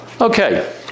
Okay